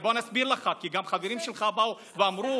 בוא אני אסביר לך, כי גם חברים שלך באו ואמרו: